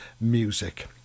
Music